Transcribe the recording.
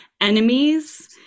enemies